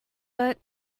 but